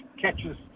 catches